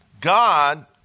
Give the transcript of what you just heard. God